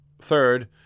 third